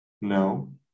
No